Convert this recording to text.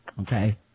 okay